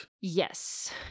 Yes